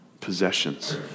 Possessions